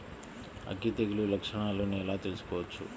అగ్గి తెగులు లక్షణాలను ఎలా తెలుసుకోవచ్చు?